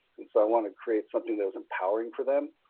and so i want to create something that is empowering for them,